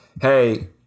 Hey